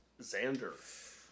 Xander